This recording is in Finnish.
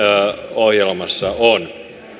ohjelmassa on